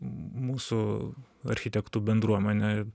mūsų architektų bendruomenė